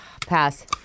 Pass